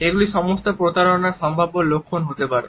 এগুলি সমস্ত প্রতারণার সম্ভাব্য লক্ষণ হতে পারে